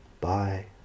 Bye